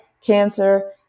Cancer